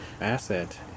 asset